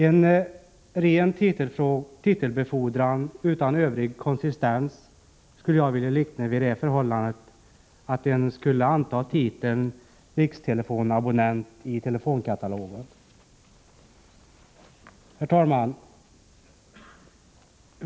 En ren titelbefordran utan övrig konsistens skulle jag vilja likna vid det förhållandet att man antar titeln rikstelefonabonnent i telefonkatalogen.